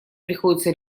приходится